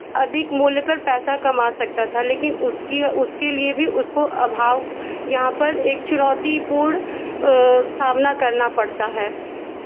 अधिक मूल्य पर पैसा कमा सकता था लेकिन उसकी उसके लिए भी उसको अभाव यहाँ पर एक चुनौतीपूर्ण सामना करना पड़ता है